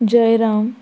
Jairam